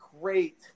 great –